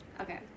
Okay